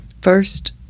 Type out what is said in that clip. first